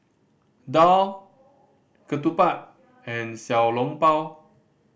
daal ketupat and Xiao Long Bao